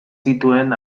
zituen